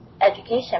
education